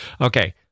Okay